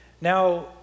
Now